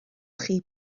chi